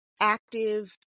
active